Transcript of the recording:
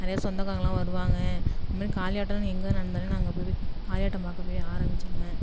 நிறைய சொந்தக்காரங்கலெலாம் வருவாங்க அதுமாதிரி காளியாட்டலாம் எங்கே நடந்தாலும் நாங்கள் போய் காளியாட்டம் பார்க்க இப்பவே ஆரமிச்சிடுவேன்